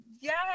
Yes